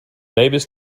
neighbors